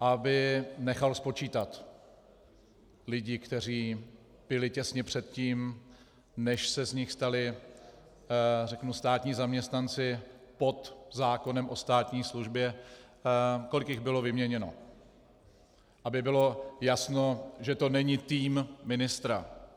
aby nechal spočítat lidi, kteří byli těsně předtím, než se z nich stali státní zaměstnanci pod zákonem o státní službě, kolik jich bylo vyměněno, aby bylo jasno, že to není tým ministra.